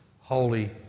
holy